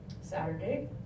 Saturday